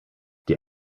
die